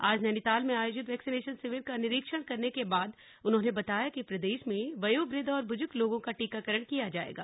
आज नैनीताल में आयोजित वैक्सीनेशन शिविर का निरीक्षण करने के बाद उन्होने बताया कि प्रदेश में वयोवृद्ध और बुजुर्ग लोगों का टीकाकरण किया जाएगा